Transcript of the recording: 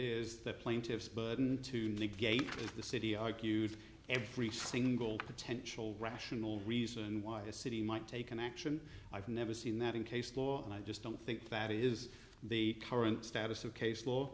is the plaintiff's burden to negate the city argues every single potential rational reason why a city might take an action i've never seen that in case law and i just don't think that is the current status of case law